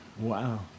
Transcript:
Wow